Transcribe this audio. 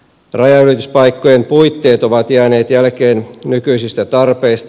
rajanylityspaikkojen puitteet ovat jääneet jälkeen nykyisistä tarpeista